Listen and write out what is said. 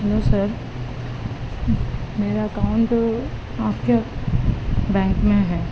hello sir میرا account آپ کے بینک میں ہے